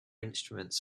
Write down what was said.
instruments